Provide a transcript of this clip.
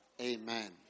amen